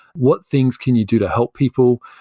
what things can you do to help people?